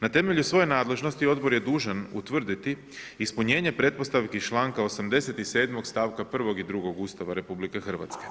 Na temelju svoje nadležnosti odbor je dužan utvrditi ispunjenje pretpostavki iz čl. 87. stavka 1. i 2. Ustava RH.